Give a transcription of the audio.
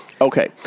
Okay